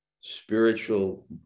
spiritual